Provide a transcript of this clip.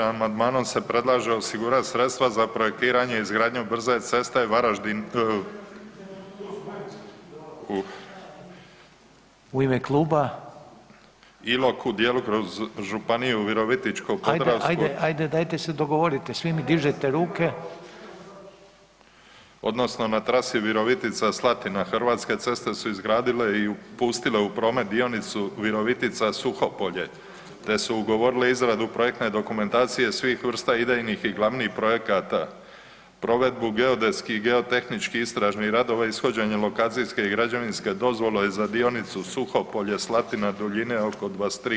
Amandmanom se predlaže osigurati sredstva za projektiranje i izgradnju brze ceste Varaždin [[Upadica: U ime kluba…]] Ilok u dijelu kroz županiju Virovitičko-podravsku [[Upadica: Ajde, ajde dajte se dogovorite svi mi dižete ruke.]] odnosno na trasi Virovitica – Slatina, Hrvatske ceste su izgradile i pustile u promet dionicu Virovitica – Suhopolje, te su ugovorile izradu projektne dokumentacije svih vrsta idejnih i glavnih projekata, provedbu geodetskih i geotehničkih istražnih radova, ishođenje lokacijske i građevinske dozvole za dionicu Suhopolje – Slatina duljine oko 23 km.